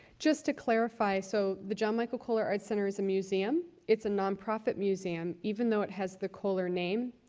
just to clarify, so the john michael kohler arts center is a museum. it's a non-profit museum, even though it has the kohler name.